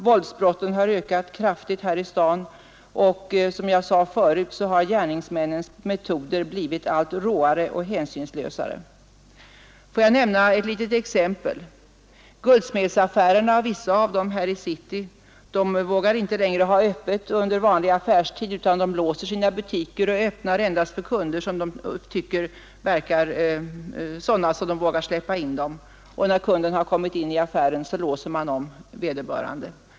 Våldsbrotten har ökat kraftigt här i staden, och, som jag sade förut, gärningsmännens metoder har blivit allt råare och hänsynslösare. Låt mig nämna ett litet exempel. Vissa av guldsmedsaffärerna i city vågar inte längre ha öppet under vanlig affärstid, utan man låser sina butiker och öppnar endast för kunder som man vågar släppa in; när kunden kommit in i affären låser man om vederbörande.